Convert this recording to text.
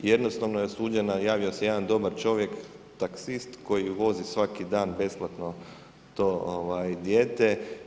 Jednostavno je osuđena, javio se jedan dobar čovjek, taksist koji ju vozi svaki dan besplatno to dijete.